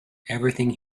everything